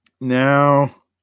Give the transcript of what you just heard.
Now